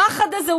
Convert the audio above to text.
הפחד הזה,